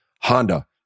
Honda